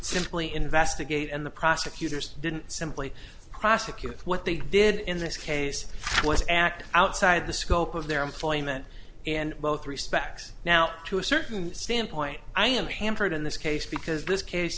simply investigate and the prosecutors didn't simply prosecute what they did in this case it was acted outside the scope of their employment and both respects now to a certain standpoint i am hampered in this case because this case